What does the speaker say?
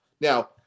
Now